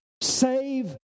save